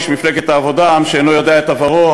איש מפלגת העבודה: עם שאינו יודע את עברו,